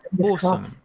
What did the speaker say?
awesome